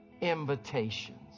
invitations